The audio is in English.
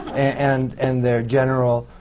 and and their general